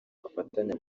bafatanya